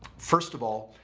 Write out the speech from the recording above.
first of all,